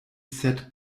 sed